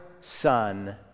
Son